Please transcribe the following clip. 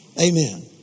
Amen